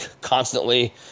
constantly